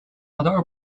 although